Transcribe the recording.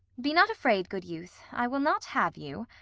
be not afraid, good youth, i will not have you